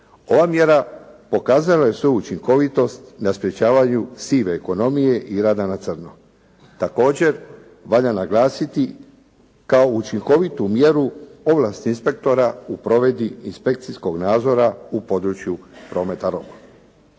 Ova mjera pokazala je svoju učinkovitost na sprečavanju sive ekonomije i rada na crno. Također valja naglasiti kao učinkovitu mjeru ovlast inspektora u provedbi inspekcijskog nadzora u području prometa roba.